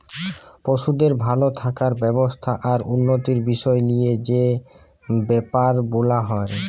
পশুদের ভাল থাকার ব্যবস্থা আর উন্নতির বিষয় লিয়ে যে বেপার বোলা হয়